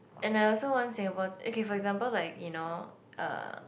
and I also want Singapore okay for example like you know uh